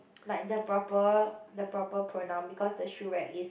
like the proper the proper pronoun because the shoe rack is